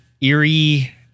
eerie